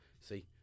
See